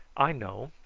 i know.